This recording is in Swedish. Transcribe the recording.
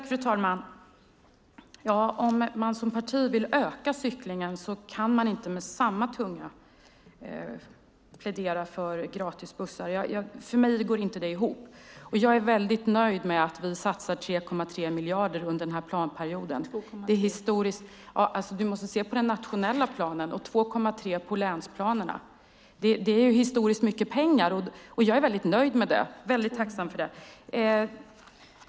Fru talman! Om man vill öka cyklingen kan man inte samtidigt plädera för gratis bussar. För mig går det inte ihop. Jag är nöjd med att vi satsar 3,3 miljarder under planperioden. Vi måste se till den nationella planen. Det är 2,3 miljarder på länsplanerna. Det är historiskt mycket pengar. Jag är nöjd med det.